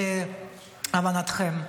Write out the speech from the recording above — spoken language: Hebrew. להבנתכם.